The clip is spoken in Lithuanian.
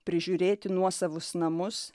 prižiūrėti nuosavus namus